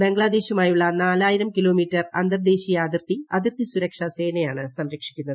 ബംഗ്ലാദേശുമായുള്ള നാലായിരം കിലോമീറ്റർ അന്തർദ്ദേശീയ അതിർത്തി അതിർത്തി സുരക്ഷാ സേനയാണ് സംരക്ഷിക്കുന്നത്